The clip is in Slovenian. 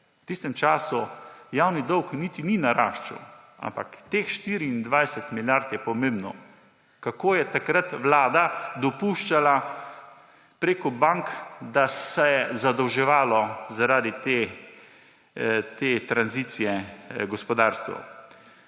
V tistem času javni dolg niti ni naraščal, ampak teh 24 milijard je pomembnih, kako je takrat Vlada dopuščala prek bank, da se je zadolževalo zaradi tranzicije gospodarstva.